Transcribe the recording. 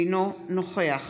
אינו נוכח